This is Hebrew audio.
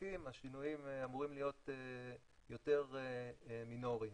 מתרחקים השינויים אמורים להיות יותר מינוריים.